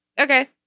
Okay